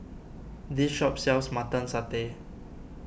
this shop sells Mutton Satay